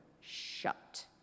shut